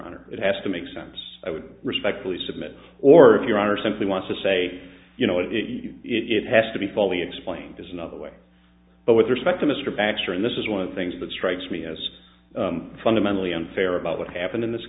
honor it has to make sense i would respectfully submit or if your honor simply wants to say you know it you it has to be fully explained as another way but with respect to mr baxter and this is one of the things that strikes me as fundamentally unfair about what happened in this